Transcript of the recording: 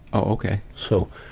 ah ok. so,